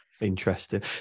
interesting